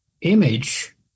image